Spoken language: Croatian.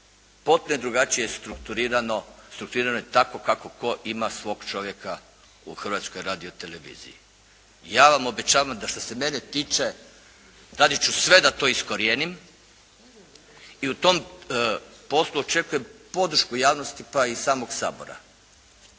strukturirano, strukturirano je tako kako tko ima svog čovjeka u Hrvatskoj radioteleviziji. Ja vam obećavam da što se mene tiče radit ću sve da to iskorijenim i u tom poslu očekujem podršku javnosti pa i samog Sabora.